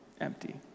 empty